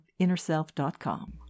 InnerSelf.com